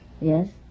Yes